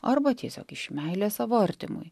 arba tiesiog iš meilės savo artimui